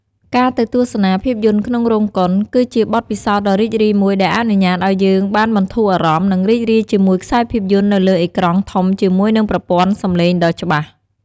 ការទៅទស្សនាភាពយន្តក្នុងរោងកុន គឺជាបទពិសោធន៍ដ៏រីករាយមួយ ដែលអនុញ្ញាតឲ្យយើងបានបន្ធូរអារម្មណ៍ និងរីករាយជាមួយខ្សែភាពយន្តនៅលើអេក្រង់ធំជាមួយនឹងប្រព័ន្ធសំឡេងដ៏ច្បាស់។